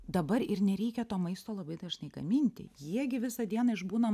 dabar ir nereikia to maisto labai dažnai gaminti jie gi visą dieną išbūna